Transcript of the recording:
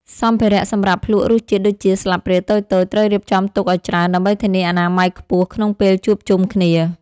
សម្ភារៈសម្រាប់ភ្លក្សរសជាតិដូចជា ស្លាបព្រាតូចៗ ត្រូវរៀបចំទុកឱ្យច្រើនដើម្បីធានាអនាម័យខ្ពស់ក្នុងពេលជួបជុំគ្នា។